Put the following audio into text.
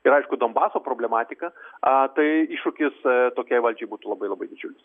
ir aišku donbaso problematika a tai iššūkis tokiai valdžiai būtų labai labai didžiulis